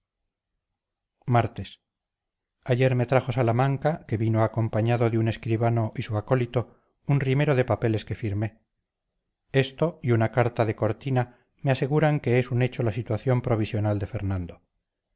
martes ayer me trajo salamanca que vino acompañado de un escribano y su acólito un rimero de papeles que firmé esto y una carta de cortina me aseguran que es un hecho la situación provisional de fernando